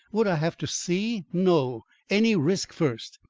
would i have to see no! any risk first.